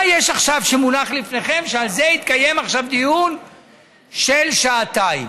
מה יש עכשיו שמונח לפניכם שעל זה התקיים עכשיו דיון של שעתיים?